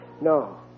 No